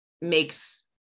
makes